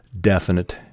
definite